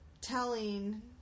telling